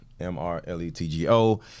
M-R-L-E-T-G-O